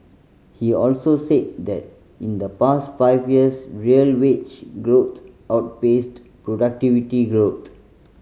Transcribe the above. he also said that in the past five years real wage growth outpaced productivity growth